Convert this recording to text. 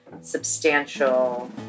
Substantial